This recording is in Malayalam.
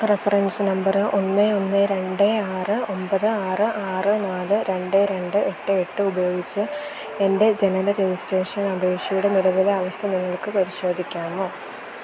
റഫറൻസ് നമ്പര് ഒന്ന് ഒന്ന് രണ്ട് ആറ് ഒമ്പത് ആറ് ആറ് നാല് രണ്ട് രണ്ട് എട്ട് എട്ട് ഉപയോഗിച്ച് എൻ്റെ ജനന രജിസ്ട്രേഷൻ അപേക്ഷയുടെ നിലവിലെ അവസ്ഥ നിങ്ങൾക്ക് പരിശോധിക്കാമോ